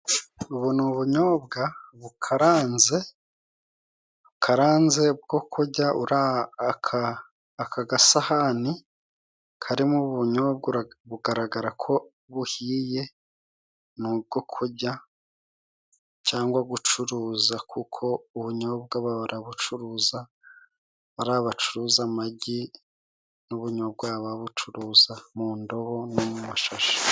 Ubu ni ubunyobwa bukaranze karanze, bukaranze bwo kurya, aka gasahani karimo ubunyobwa bugaragara ko buhiye, ni ubwo kurya, cyangwa gucuruza kuko ubunyobwa barabucuruza, bariya bacuruza amagi n'ubunyobwa baba babucuruza mu ndobo, no mu mashashi.